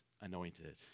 anointed